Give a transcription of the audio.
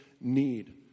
need